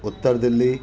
Uttar Delhi